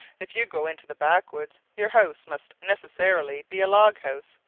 if you go into the backwoods your house must necessarily be a log house,